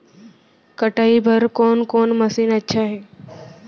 कटाई बर कोन कोन मशीन अच्छा हे?